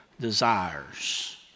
desires